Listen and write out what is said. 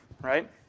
Right